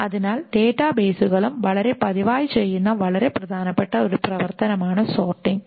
അതിനാൽ ഡാറ്റാബേസുകളും വളരെ പതിവായി ചെയ്യുന്ന വളരെ പ്രധാനപ്പെട്ട ഒരു പ്രവർത്തനമാണ് സോർട്ടിംഗ്